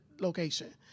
location